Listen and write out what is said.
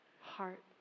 heart